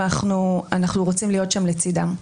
ואנחנו רוצים להיות שם לצידם.